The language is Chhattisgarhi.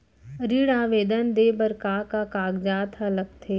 ऋण आवेदन दे बर का का कागजात ह लगथे?